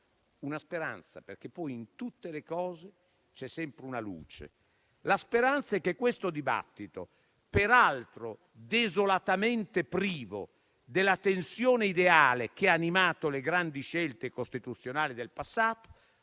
una speranza, perché in tutte le cose c'è sempre una luce. La speranza è che questo dibattito, peraltro desolatamente privo della tensione ideale che ha animato le grandi scelte costituzionali del passato,